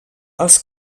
els